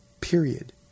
period